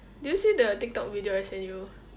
did you see the tiktok video I sent you